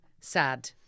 sad